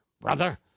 brother